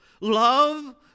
Love